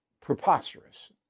preposterous